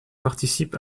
participe